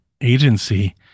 agency